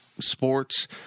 sports